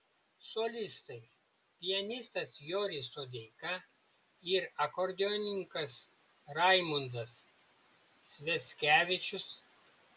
solistai pianistas joris sodeika ir akordeonininkas raimundas sviackevičius